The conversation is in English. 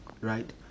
right